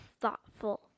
thoughtful